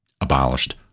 abolished